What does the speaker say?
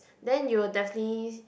then you'll definitely